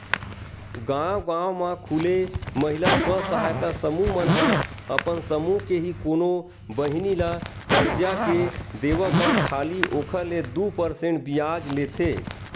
गांव गांव म खूले महिला स्व सहायता समूह मन ह अपन समूह के ही कोनो बहिनी ल करजा के देवब म खाली ओखर ले दू परसेंट बियाज लेथे